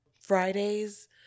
Fridays